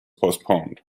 postponed